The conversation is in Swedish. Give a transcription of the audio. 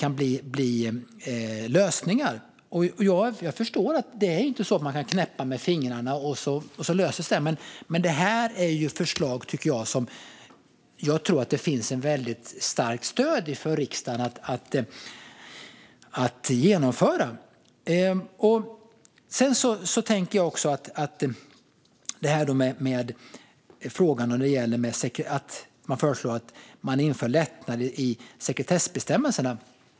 Jag förstår att man inte bara kan knäppa med fingrarna för att få problemet löst, men det här är förslag som jag tror att det finns ett starkt stöd i riksdagen för att genomföra. Man föreslår att det ska införas lättnader i sekretessbestämmelserna.